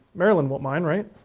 marilyn won't mind, right?